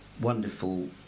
wonderful